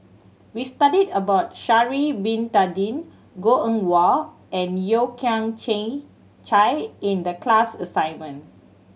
we studied about Sha'ari Bin Tadin Goh Eng Wah and Yeo Kian Chye in the class assignment